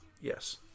Yes